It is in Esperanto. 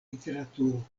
literaturo